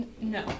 No